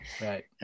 right